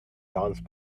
dance